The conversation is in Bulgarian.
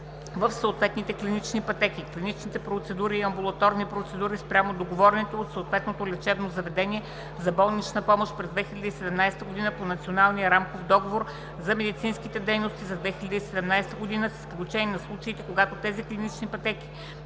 в съответните клинични пътеки, клинични процедури и амбулаторни процедури спрямо договорените от съответното лечебно заведение за болнична помощ през 2017 г. по Националния рамков договор за медицинските дейности за 2017 г., с изключение на случаите, когато тези клинични пътеки